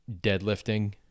deadlifting